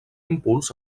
impuls